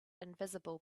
invisible